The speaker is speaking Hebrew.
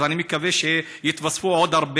אז אני מקווה שיתווספו עוד הרבה